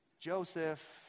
Joseph